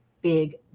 big